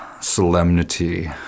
solemnity